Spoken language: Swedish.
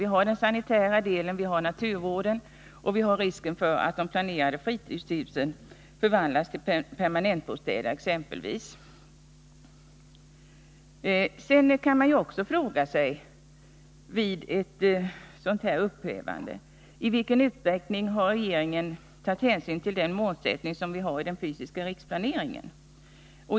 Vi har den sanitära delen. Vi har naturvården. Och vi har exempelvis risken för att de planerade fritidshusen skall förvandlas till permanentbostäder. Sedan kan man också med anledning av ett sådant här uppträdande fråga sig: I vilken utsträckning har regeringen tagit hänsyn till den målsättning som vi har i den fysiska riksplaneringen?